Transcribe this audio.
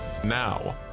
Now